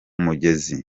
mugezi